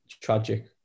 tragic